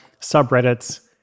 subreddits